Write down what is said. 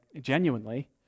genuinely